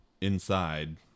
inside